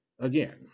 Again